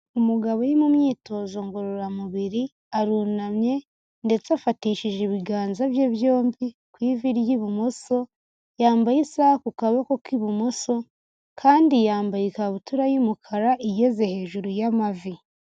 Umugabo uri mu myitozo ngororamubiri arunamye, ndetse afatishije ibiganza bye byombi ku ivi ry'ibumoso, yambaye isaha ku kaboko k'ibumoso, kandi yambaye ikabutura y'umukara igeze hejuru y'amavi.